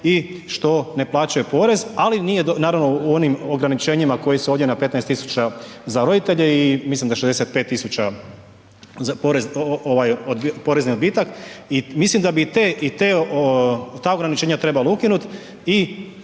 i što ne plaćaju porez, ali nije naravno, u onim ograničenjima koji su ovdje na 15 tisuća za roditelje i mislim da 65 tisuća za porez, porezni odbitak. I mislim da bi i te, i ta ograničenja trebalo ukinuti